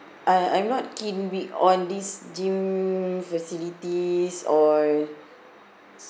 uh I'm not keen on this gym facilities or